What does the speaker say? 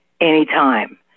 anytime